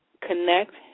connect